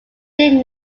did